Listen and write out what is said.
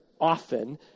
often